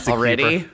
Already